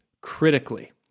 critically